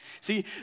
See